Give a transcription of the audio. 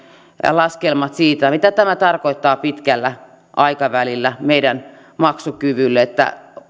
laskelmat siitä mitä tämä tarkoittaa pitkällä aikavälillä meidän maksukyvyllemme